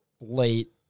late